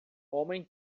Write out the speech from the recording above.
homem